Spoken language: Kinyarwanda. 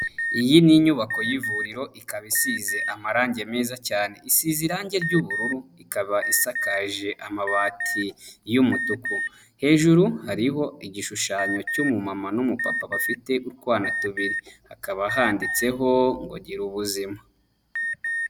Iyi ni inyubako y'ivuriro ikaba isize amarangi meza cyane, isize irangi ry'ubururu ikaba isakaje amabati y'umutuku, hejuru hariho igishushanyo cy'umuma n'umupapa bafite utwana tubiri, hakaba handitseho ngo girubuzima.